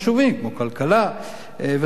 כמו כלכלה וכדומה.